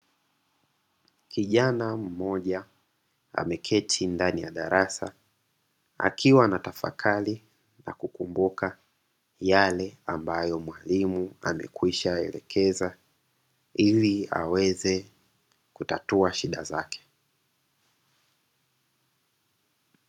Kijana mmoja ameketi ndani ya darasa akiwa anatafakari na kukumbuka yale ambayo mwalimu amekwisha elekeza, ili aweze kutatua shida zake.